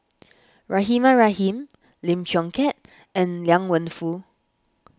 Rahimah Rahim Lim Chong Keat and Liang Wenfu